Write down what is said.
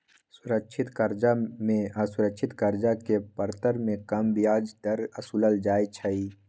सुरक्षित करजा में असुरक्षित करजा के परतर में कम ब्याज दर असुलल जाइ छइ